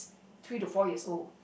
three to four years old